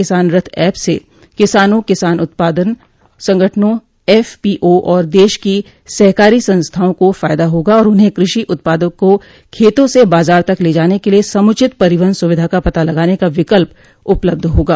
किसान रथ ऐप से किसानों किसान उत्पाद संगठनों एफ पी ओ और देश की सहकारी संस्थाओं को फायदा होगा और उन्हें कृषि उत्पादों को खेतों से बाजार तक ले जाने के लिए समुचित परिवहन सूविधा का पता लगाने का विकल्प उपलब्ध होगा